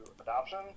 adoption